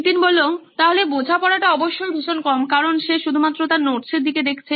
নীতিন সুতরাং বোঝাপড়াটা অবশ্যই ভীষণ কম কারণ সে শুধুমাত্র তার নোটস এর দিকে দেখছে